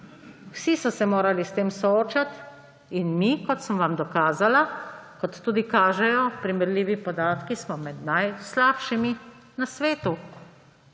vsi so se morali s tem soočati. In mi, kot sem vam dokazala, kot tudi kažejo primerljivi podatki, smo med najslabšimi na svetu,